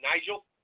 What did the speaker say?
Nigel